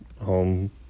home